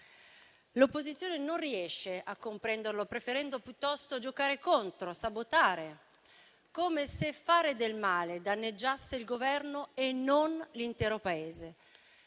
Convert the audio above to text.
L'opposizione non riesce a comprenderlo, preferendo piuttosto giocare e sabotare: come se fare del male danneggiasse il Governo e non l'intero Paese.